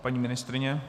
Paní ministryně?